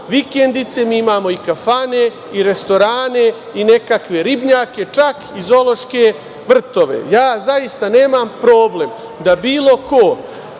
vikendice, mi imamo i kafane, restorane i nekakve ribnjake, čak i zoološke vrtove. Ja zaista nemam problem da bilo ko